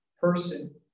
person